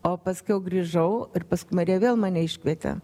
o paskiau grįžau ir pas marija vėl mane iškvietė